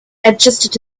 adjusted